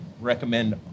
recommend